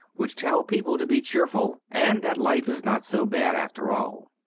which tell people to be cheerful and that life is not so bad after all.